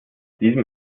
diesem